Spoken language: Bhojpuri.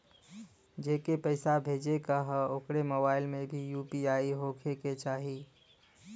जेके पैसा भेजे के ह ओकरे मोबाइल मे भी यू.पी.आई होखे के चाही?